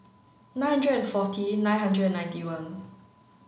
nine hundred forty nine hundred ninety one